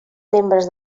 membres